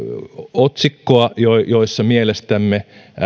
otsikkoa joissa mielestämme